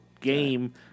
game